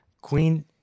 Queen